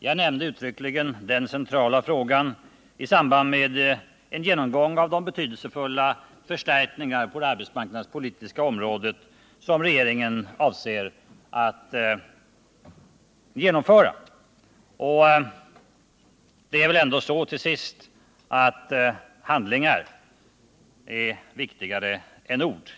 Jag nämnde uttryckligen den centrala frågan i samband med en genomgång av de betydelsefulla förstärkningar på det arbetsmarknadspolitiska området som regeringen avser att genomföra. Det är väl ändå till sist så att handlingar är viktigare än ord.